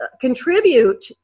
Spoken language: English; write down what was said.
contribute